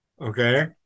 Okay